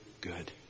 good